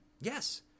Yes